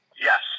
Yes